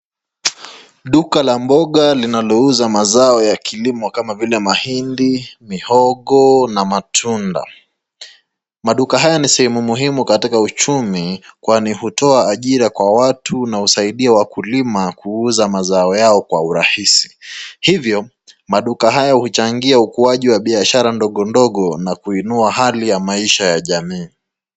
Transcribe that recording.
Duka la mboga linalouza mazao ya kilimo kama vile mahindi, mihogo na matunda. Maduka haya ni sehemu muhimu katika uchumi kwani hutoa ajira kwa watu na husaidia wakulima kuuza mazao yao kwa urahisi hivyo maduka haya huchangia ukuaji wa biashara ndogo ndogo na kuinua maisha ya jamii.